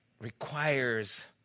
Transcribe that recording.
requires